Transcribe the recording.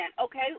okay